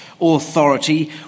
authority